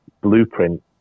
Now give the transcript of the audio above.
blueprint